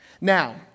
Now